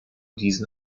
diesen